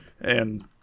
and-